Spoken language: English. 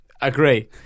agree